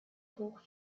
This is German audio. hoch